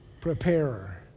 preparer